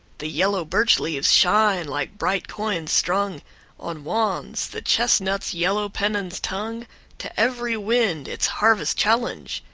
the yellow birch-leaves shine like bright coins strung on wands the chestnut's yellow pennons tongue to every wind its harvest challenge.